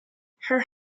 her